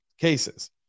cases